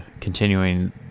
continuing